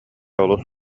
олус